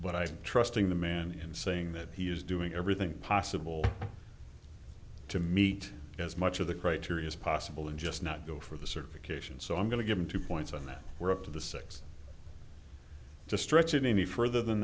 but i'm trusting the man in saying that he is doing everything possible to meet as much of the criteria as possible and just not go for the certification so i'm going to give him two points on that were up to the six to stretch it any further than